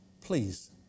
Please